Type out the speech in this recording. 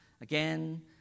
again